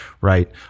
right